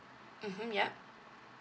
mmhmm yup